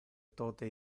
tote